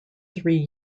three